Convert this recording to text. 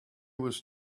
was